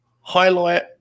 Highlight